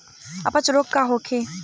अपच रोग का होखे?